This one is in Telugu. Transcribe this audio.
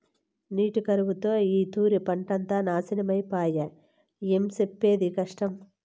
నీటి కరువుతో ఈ తూరి పంటంతా నాశనమై పాయె, ఏం సెప్పేది కష్టం